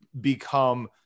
become